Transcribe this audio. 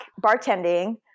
bartending